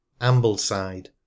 Ambleside